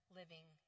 living